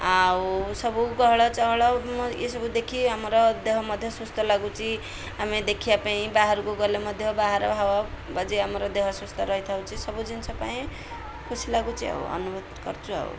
ଆଉ ସବୁ ଗହଳ ଚହଳ ଇସବୁ ଦେଖି ଆମର ଦେହ ମଧ୍ୟ ସୁସ୍ଥ ଲାଗୁଛି ଆମେ ଦେଖିବା ପାଇଁ ବାହାରକୁ ଗଲେ ମଧ୍ୟ ବାହାର ହାୱା ବାଜି ଆମର ଦେହ ସୁସ୍ଥ ରହିଥାଉଛି ସବୁ ଜିନିଷ ପାଇଁ ଖୁସି ଲାଗୁଛି ଆଉ ଅନୁଭୂତି କରୁଛୁ ଆଉ